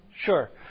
Sure